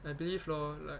I believe lor like